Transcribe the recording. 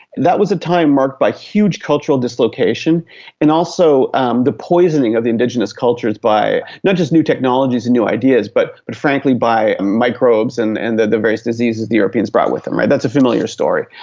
that was a time marked by huge cultural dislocation and also um the poisoning of the indigenous cultures by not just new technologies and new ideas but but frankly by microbes and and the the various diseases the europeans brought with them. that's a familiar story.